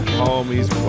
homies